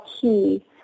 Key